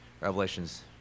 Revelations